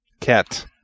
Cat